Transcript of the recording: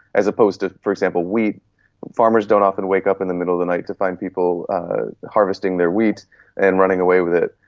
as opposed to, for example, wheat farmers don't often wake up in the middle of the night to find people harvesting their wheat and running away with it,